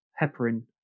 heparin